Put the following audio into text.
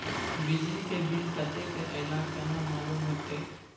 बिजली के बिल कतेक अयले केना मालूम होते?